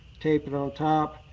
taped it on top.